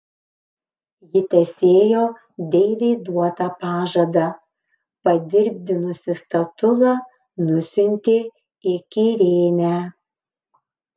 ji tesėjo deivei duotą pažadą padirbdinusi statulą nusiuntė į kirėnę